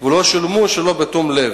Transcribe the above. ולא שולמו שלא בתום לב.